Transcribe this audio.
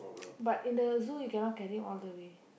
but in the zoo you cannot carry all the way